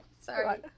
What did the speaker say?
sorry